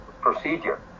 procedure